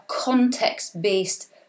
context-based